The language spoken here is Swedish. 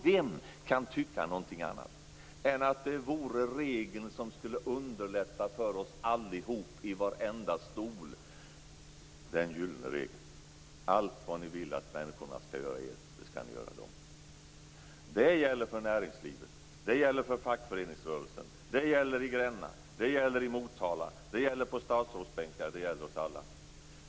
Vem kan tycka någonting annat än att den gyllene regeln skulle underlätta för oss allihop: Allt vad ni vill att människorna skall göra er, det skall ni göra dem. Det gäller för näringslivet. Det gäller för fackföreningsrörelsen. Det gäller i Gränna. Det gäller i Motala. Det gäller på statsrådsbänkar. Det gäller oss alla.